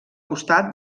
costat